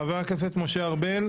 חבר הכנסת משה ארבל.